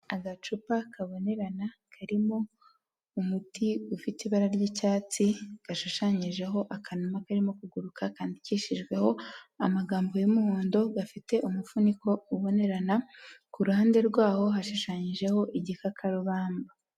Agacupa kabonerana karimo umuti ufite ibara ry'icyatsi gashushanyijeho akanuma karimo kuguruka kandikishijweho amagambo y'umuhondo gafite umufuniko ubonerana ku ruhande rwaho hashushanyijeho igikakarubamba.